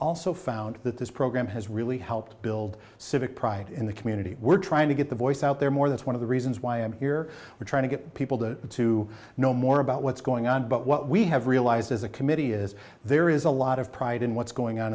also found that this program has really helped build civic pride in the community we're trying to get the voice out there more that's one of the reasons why i'm here we're trying to get people to to know more about what's going on but what we have realized as a committee is there is a lot of pride in what's going on